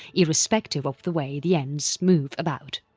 irrespective of the way the ends move about.